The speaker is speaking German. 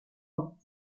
oft